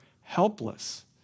helpless